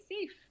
safe